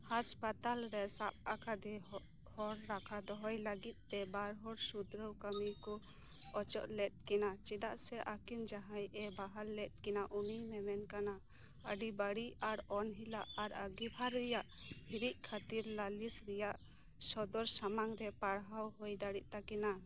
ᱦᱟᱸᱥ ᱯᱟᱛᱟᱞ ᱨᱮ ᱥᱟᱵᱽ ᱟᱠᱟᱫᱮ ᱦᱚᱲ ᱨᱟᱠᱷᱟ ᱫᱚᱭᱚᱭ ᱞᱟᱹᱜᱤᱫ ᱛᱮ ᱵᱟᱨ ᱦᱚᱲ ᱥᱩᱫᱷᱨᱟᱹᱣ ᱠᱟᱹᱢᱤ ᱠᱚ ᱚᱪᱚᱜ ᱞᱮᱫ ᱠᱤᱱᱟ ᱪᱮᱫᱟᱜ ᱥᱮ ᱟᱹᱠᱤᱱ ᱡᱟᱦᱟᱸᱭᱮ ᱵᱟᱦᱟᱞ ᱞᱮᱫ ᱠᱤᱱᱟ ᱩᱱᱤ ᱢᱮᱢᱮᱱ ᱠᱟᱱᱟ ᱟᱹᱰᱤ ᱵᱟᱹᱲᱤᱡ ᱟᱨ ᱚᱱᱦᱮᱞᱟ ᱟᱨ ᱟᱸᱜᱤᱵᱷᱟᱨ ᱨᱮᱭᱟᱜ ᱦᱤᱲᱤᱡ ᱠᱷᱟᱹᱛᱤᱨ ᱞᱟᱞᱤᱥ ᱨᱮᱭᱟᱜ ᱥᱚᱫᱚᱨ ᱥᱟᱢᱟᱝ ᱨᱮ ᱯᱟᱲᱟᱣ ᱦᱩᱭ ᱫᱟᱲᱮᱭᱟᱜ ᱛᱟᱹᱠᱤᱱᱟ